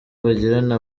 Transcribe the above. bagirana